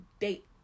date